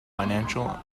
financial